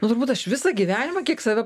nu turbūt aš visą gyvenimą kiek save